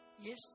yes